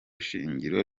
shingiro